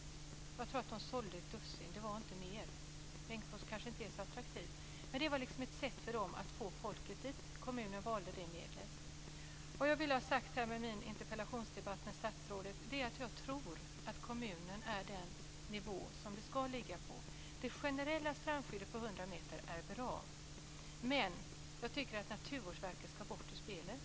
Jag tror att de sålde ett dussin. Det var inte mer. Bengtsfors kanske inte är så attraktivt, men det var ett sätt att få dit folk. Kommunen valde det medlet. Vad jag vill ha sagt med min interpellation till statsrådet är att jag tror att kommunen är den nivå som dessa ärenden ska ligga på. Det generella strandskyddet på 100 meter är bra, men jag tycker att Naturvårdsverket ska ut ur spelet.